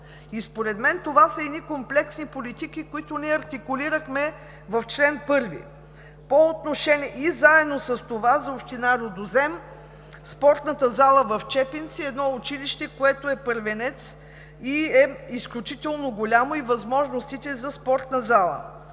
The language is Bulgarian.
Според мен това са едни комплексни политики, които ние артикулирахме в чл. 1. Заедно с това за община Рудозем, спортната зала в Чепинци е едно училище, което е първенец и е изключително голямо и с възможностите за спортна зала.